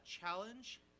challenge